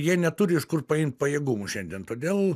nes jie neturi iš kur paimt pajėgumų šiandien todėl